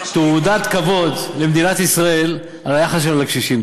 תעודת כבוד למדינת ישראל על היחס שלנו לקשישים,